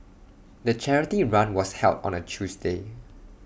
the charity run was held on A Tuesday